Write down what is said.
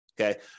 okay